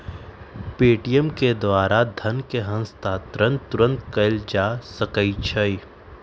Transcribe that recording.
Paytm के द्वारा धन के हस्तांतरण तुरन्ते कएल जा सकैछइ